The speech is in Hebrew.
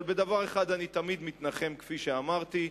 אבל בדבר אחד אני תמיד מתנחם, כפי שאמרתי.